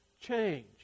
change